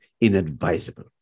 inadvisable